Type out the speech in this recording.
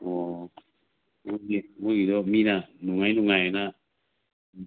ꯑꯣ ꯑꯗꯨꯒꯤ ꯃꯣꯏꯒꯤꯗꯣ ꯃꯤꯅ ꯅꯨꯡꯉꯥꯏ ꯅꯨꯡꯉꯥꯏꯑꯅ